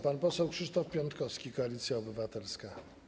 Pan poseł Krzysztof Piątkowski, Koalicja Obywatelska.